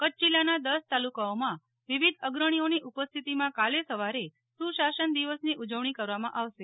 ક ચ્છ જિલ્લાના દસ તાલુકાઓમાં વિવિધ અગ્રણીઓની ઉપસ્થિતિમાં કાલે સવારે સુશાસન દિવસની ઉજવણી કરવામાં આવશે